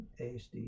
ASD